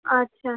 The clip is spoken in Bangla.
আচ্ছা